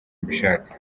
mbishaka